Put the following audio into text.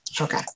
okay